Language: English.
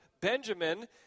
Benjamin